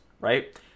right